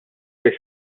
fejn